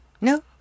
No